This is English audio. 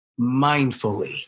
mindfully